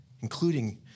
including